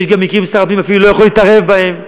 ויש גם מקרים ששר הפנים אפילו לא יכול להתערב בהם,